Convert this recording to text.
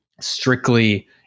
strictly